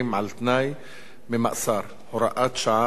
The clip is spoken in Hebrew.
ממאסר (הוראת שעה) (תיקון מס' 2),